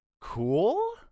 Cool